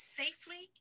safely